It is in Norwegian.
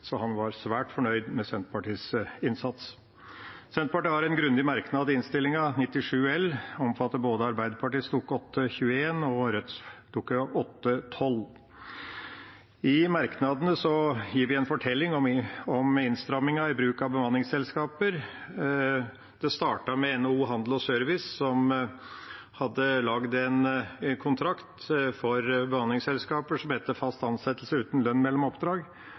Så han var svært fornøyd med Senterpartiets innsats. Senterpartiet har en grundig merknad i Innst. 97 L. Den omfatter både Arbeiderpartiets Dokument 8:21 LS og Rødts Dokument 8:12 S. I merknadene gir vi en fortelling om innstrammingen i bruk av bemanningsselskaper. Det startet med NHO Service og Handel, som hadde laget en kontrakt for bemanningsselskaper som het «Fast ansettelse uten lønn mellom oppdrag».